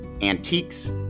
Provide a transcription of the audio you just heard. antiques